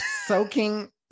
Soaking